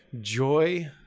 joy